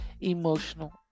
emotional